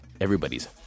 everybody's